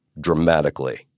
dramatically